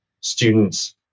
students